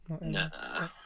nah